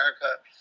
America